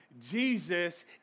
Jesus